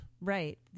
Right